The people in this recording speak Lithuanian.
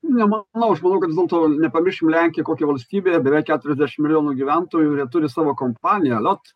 nemanau aš manau kad vis dėlto nepamirškim lenkija kokia valstybė beveik keturiasdešim milijonų gyventojų ir jie turi savo kompaniją lot